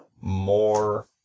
more